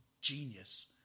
genius